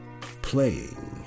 playing